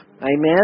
Amen